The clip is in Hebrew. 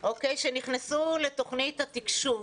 שנכנסו לתוכנית התקשוב.